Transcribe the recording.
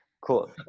Cool